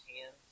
hands